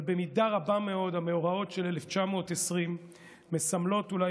אבל במידה רבה מאוד המאורעות של 1920 מסמלים אולי